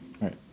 Right